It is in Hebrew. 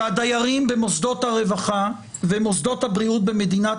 שהדיירים במוסדות הרווחה ומוסדות הבריאות במדינת